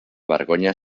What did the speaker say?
vergonya